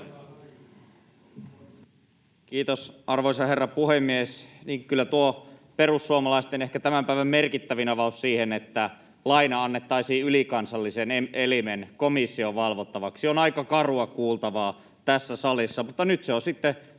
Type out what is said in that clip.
Kiitos, arvoisa herra puhemies! Niin, kyllä tuo perussuomalaisten ehkä tämän päivän merkittävin avaus, että laina annettaisiin ylikansallisen elimen, komission, valvottavaksi, on aika karua kuultavaa tässä salissa, mutta nyt se on sitten